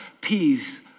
peace